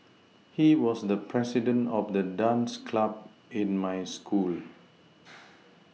he was the president of the dance club in my school